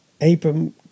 Abram